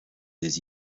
des